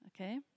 okay